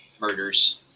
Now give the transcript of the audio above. murders